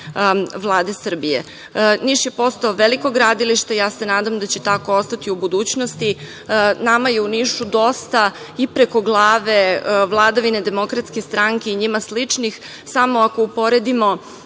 Vlade Srbije. Niš je postao veliko gradilište i ja se nadam da će tako ostati u budućnosti. Nama je u Nišu dosta i preko glave vladavine Demokratske stranke i njima sličnih. Samo ako uporedimo